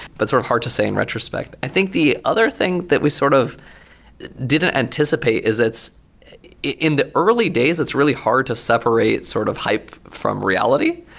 but sort of hard to say in retrospect. i think the other thing that we sort of didn't anticipate is in the early days, it's really hard to separate sort of hype from reality,